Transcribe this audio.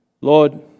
Lord